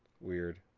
Weird